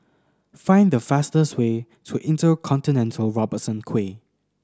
find the fastest way to InterContinental Robertson Quay